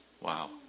Wow